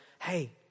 hey